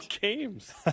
games